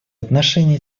отношении